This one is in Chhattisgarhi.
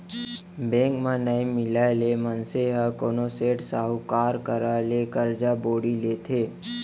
बेंक म नइ मिलय ले मनसे ह कोनो सेठ, साहूकार करा ले करजा बोड़ी लेथे